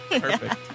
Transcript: Perfect